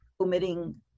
omitting